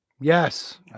yes